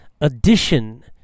addition